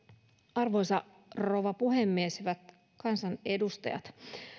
arvoisa rouva puhemies hyvät kansanedustajat